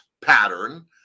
pattern